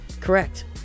correct